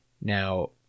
Now